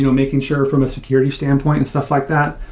you know making sure from a security standpoint and stuff like that.